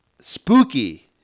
Spooky